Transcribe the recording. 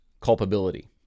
culpability